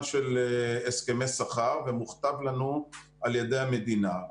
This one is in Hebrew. של הסכמי שכר ומוכתב לנו על ידי המדינה.